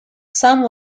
some